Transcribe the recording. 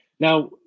Now